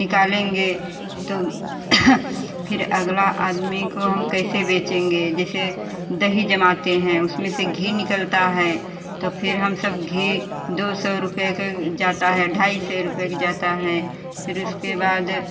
निकालेंगे तो फिर अगला आदमी को हम कैसे बेचेंगे जैसे दही जमाते हैं उसमें से घी निकलता है तो फिर हम सब घी दो सौ रुपए का जाता है ढाई सौ रुपए का जाता है फिर उसके बाद